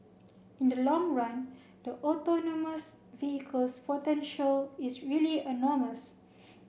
in the long run the autonomous vehicles potential is really enormous